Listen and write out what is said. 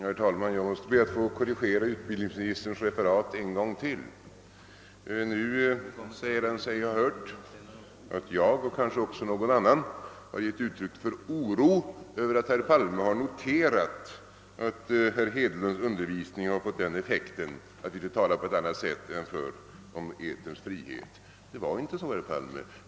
Herr talman! Jag måste be att få korrigera utbildningsministerns referat en gång till. Nu säger han sig ha hört att jag — och kanske också någon annan — har gett uttryck för oro över att herr Palme noterat att herr Hedlunds undervisning har fått den effekten att vi nu talar om eterns frihet på ett annat sätt än tidigare. Det var inte så, herr Palme.